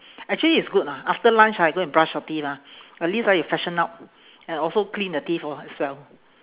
actually it's good ah after lunch I go and brush your teeth lah at least ah you freshen up and also clean the teeth lor as well